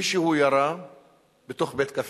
מישהו ירה בתוך בית-קפה.